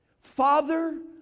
Father